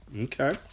Okay